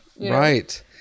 right